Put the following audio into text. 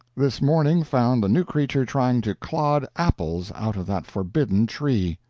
this morning found the new creature trying to clod apples out of that forbidden tree.